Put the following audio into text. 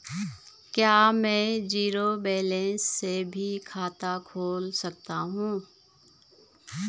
क्या में zero balance से भी खाता खोल सकता हूँ?